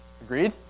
Agreed